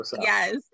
Yes